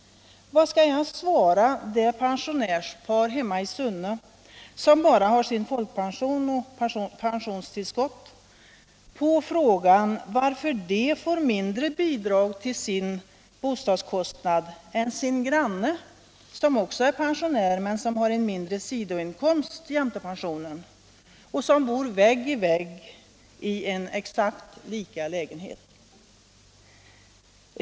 Vad skall jag svara det pensionärspar hemma i Sunne, som bara har sin folkpension och sitt pensionstillskott, på frågan varför de får mindre bidrag till sin bostadskostnad än deras grannar, som också är pensionärer men som har en mindre sidoinkomst jämte pensionen och som bor vägg i vägg i en exakt lika lägenhet?